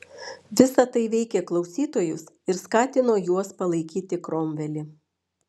visa tai veikė klausytojus ir skatino juos palaikyti kromvelį